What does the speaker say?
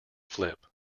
flip